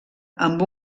amb